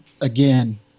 Again